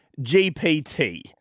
GPT